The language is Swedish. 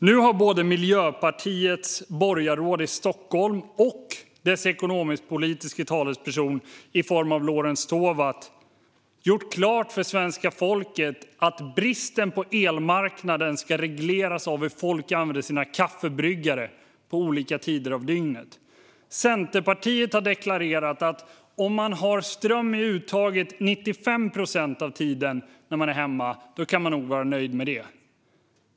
Nu har både Miljöpartiets borgarråd i Stockholm och deras ekonomisk-politiske talesperson Lorentz Tovatt gjort klart för svenska folket att bristen på elmarknaden ska regleras av hur människor använder kaffebryggare på olika tider av dygnet. Centerpartiet har deklarerat att om man har ström i uttaget 95 procent av tiden när man är hemma kan man nog vara nöjd med det.